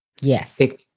Yes